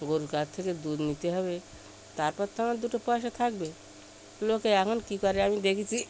গোরুর কাছ থেকে দুধ নিতে হবে তারপর তো আমার দুটো পয়সা থাকবে লোকে এখন কী করে আমি দেখেছি